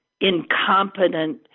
incompetent